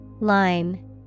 Line